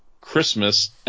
Christmas